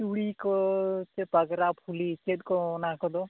ᱪᱩᱲᱤ ᱠᱚ ᱥᱮ ᱯᱟᱜᱽᱨᱟ ᱯᱷᱩᱞᱤ ᱪᱮᱫ ᱠᱚ ᱚᱱᱟ ᱠᱚᱫᱚ